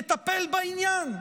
לטפל בעניין.